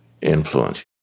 influence